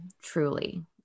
Truly